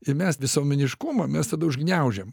ir mes visuomeniškumą mes tada užgniaužiam